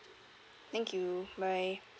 thank you bye